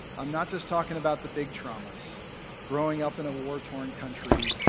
i'm not just talking about the big traumas growing up in a war-torn country,